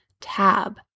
tab